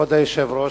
כבוד היושב-ראש,